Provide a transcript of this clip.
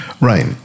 Right